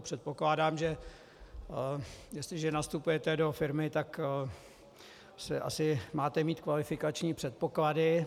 Předpokládám, že jestliže nastupujete do firmy, tak asi máte mít kvalifikační předpoklady.